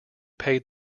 paid